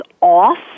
off